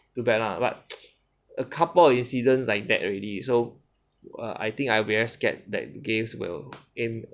too bad lah but a couple of incidents like that already so I think I very scared that gays will aim